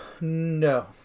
No